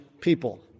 people